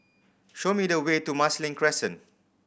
show me the way to Marsiling Crescent